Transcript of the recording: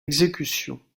exécution